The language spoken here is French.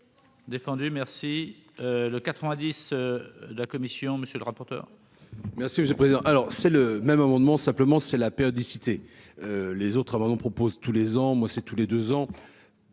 Défendu merci le 90, la commission, monsieur le rapporteur. Merci président, alors c'est le même amendement simplement c'est la périodicité les autres abandons propose tous les ans, moi c'est tous les 2 ans.